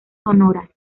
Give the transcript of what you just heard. sonoras